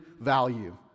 value